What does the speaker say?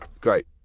great